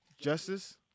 Justice